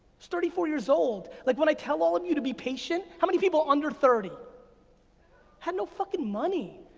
so thirty four years old. like when i tell all of you to be patient, how many people under thirty had no fucking money?